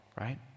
right